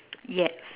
yes